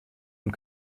und